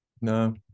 No